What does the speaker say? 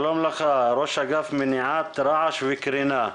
שלום לך, ראש אגף מניעת רעש וקרינה.